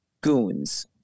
goons